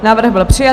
Návrh byl přijat.